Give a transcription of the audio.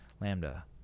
Lambda